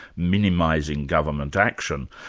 minimising government action,